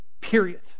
Period